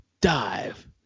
dive